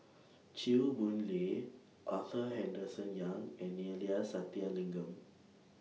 Chew Boon Lay Arthur Henderson Young and Neila Sathyalingam